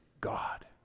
God